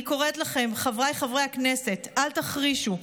אני קוראת לכם, חבריי חברי הכנסת: אל תחרישו.